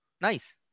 Nice